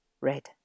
red